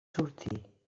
sortir